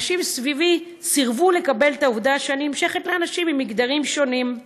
אנשים סביבי סירבו לקבל את העובדה שאני נמשכת לאנשים ממגדרים שונים.